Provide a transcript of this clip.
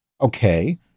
Okay